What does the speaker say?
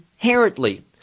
inherently